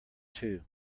too